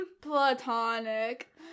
platonic